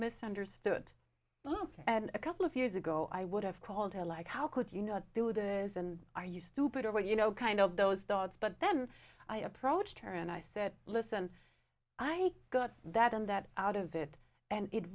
misunderstood well and a couple of years ago i would have called her like how could you not do that is and are you stupid or you know kind of those thoughts but then i approached her and i said listen i got that and that out of it and it